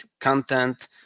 content